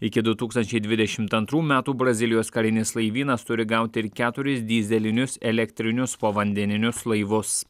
iki du tūkstančiai dvidešimt antrų metų brazilijos karinis laivynas turi gauti ir keturis dyzelinius elektrinius povandeninius laivus